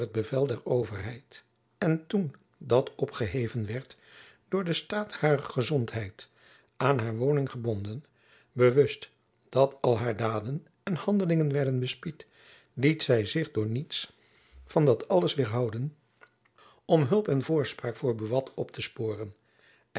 bevel der overheid en toen dat opgeheven werd door den staat harer gezondheid aan haar woning gebonden bewust dat al haar daden en handelingen werden bespied liet zy zich door niets van dat alles weêrhouden om hulp en voorspraak voor buat op te sporen